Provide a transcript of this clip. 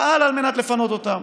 פעל על מנת לפנות אותם.